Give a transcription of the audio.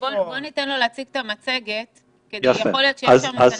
בוא ניתן לו להציג את המצגת כי יכול להיות שיש בה את הנתונים.